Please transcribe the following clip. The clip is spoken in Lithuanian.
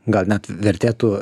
gal net vertėtų